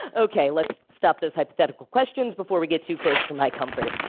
ok, let's stop those hypothetical questions before we get too close for my comfort.